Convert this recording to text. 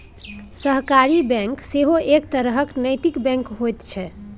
सहकारी बैंक सेहो एक तरहक नैतिक बैंक होइत छै